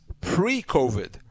pre-covid